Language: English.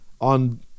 on